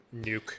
nuke